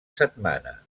setmana